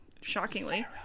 shockingly